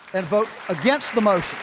and vote against the motion.